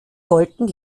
wollten